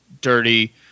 dirty